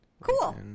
Cool